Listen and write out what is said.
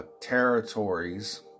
Territories